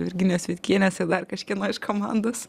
virginijos vitkienės ir dar kažkieno iš komandos